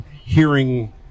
hearing